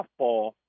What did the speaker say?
softball